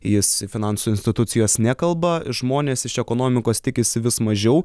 jis finansų institucijos nekalba žmonės iš ekonomikos tikisi vis mažiau